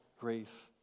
grace